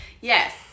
Yes